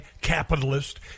capitalist